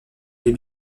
les